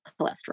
cholesterol